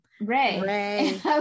Ray